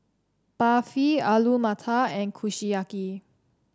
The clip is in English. Barfi Alu Matar and Kushiyaki